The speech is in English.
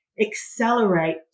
accelerate